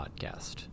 Podcast